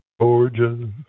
Georgia